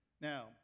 Now